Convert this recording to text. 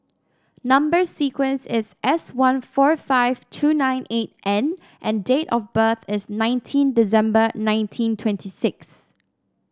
number sequence is S one four five two nine eight N and date of birth is nineteen December nineteen twenty six